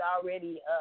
already